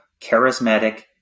charismatic